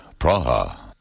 Praha